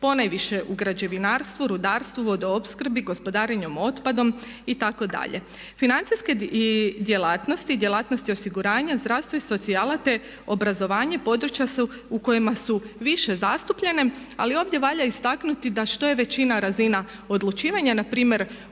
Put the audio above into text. ponajviše u građevinarstvu, rudarstvu, vodoopskrbi, gospodarenju otpadom itd. Financijske djelatnosti i djelatnosti osiguranja, zdravstvo i socijala te obrazovanje područja su u kojima su više zastupljene ali ovdje valja istaknuti da što je veća razina odlučivanja na primjer